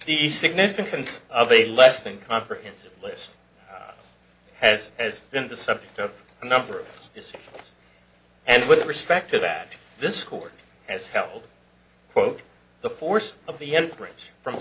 the significance of a less than comprehensive list has as been the subject of a number and with respect to that this court has held quote the force of the